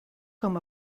com